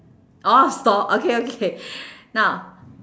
orh stor~ okay okay now